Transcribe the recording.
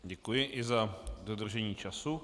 Děkuji i za dodržení času.